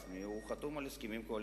גפני, הוא חתום על הסכמים קואליציוניים.